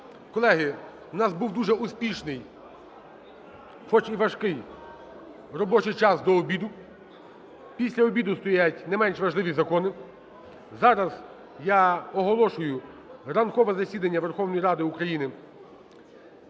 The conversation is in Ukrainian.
Колеги, у нас був дуже успішний, хоч і важкий, робочий час до обіду. Після обіду стоять не менш важливі закони. Зараз я оголошую ранкове засідання Верховної Ради України